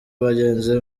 bagenzi